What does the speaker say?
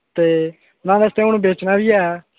ते न्हाड़े आस्तै हुन बेचना बी ऐ